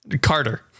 Carter